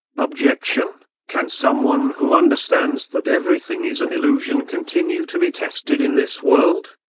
objection can someone who understands that everything is an illusion continue to be tested in this world?